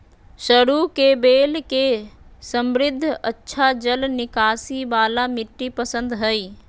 सरू के बेल के समृद्ध, अच्छा जल निकासी वाला मिट्टी पसंद हइ